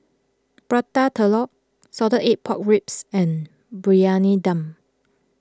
Prata Telur Salted Egg Pork Ribs and Briyani Dum